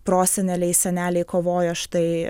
proseneliai seneliai kovojo štai